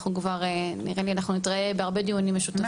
אנחנו נראה לי כבר נתראה בהרבה דיונים משותפים.